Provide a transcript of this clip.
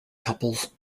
couples